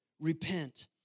repent